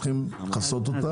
אתם צריכים לכסות אותה.